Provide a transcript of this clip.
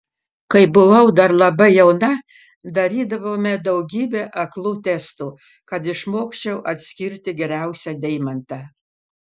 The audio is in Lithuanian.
kai buvau dar labai jauna darydavome daugybę aklų testų kad išmokčiau atskirti geriausią deimantą